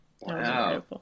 Wow